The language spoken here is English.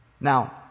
Now